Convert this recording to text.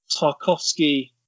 Tarkovsky